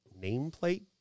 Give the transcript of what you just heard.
nameplate